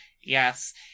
Yes